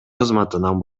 кызматынан